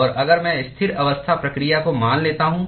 और अगर मैं स्थिर अवस्था प्रक्रिया को मान लेता हूँ